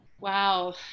Wow